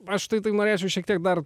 aš tai tai norėčiau šiek tiek dar